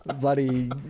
bloody